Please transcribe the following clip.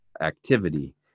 activity